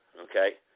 Okay